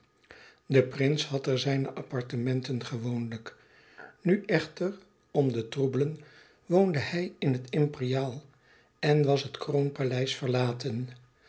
de prins had er zijne appartementen gewoonlijk nu echter om de troebelen woonde hij in het imperiaal en was het kroonpaleis verlaten